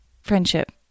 friendship